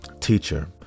teacher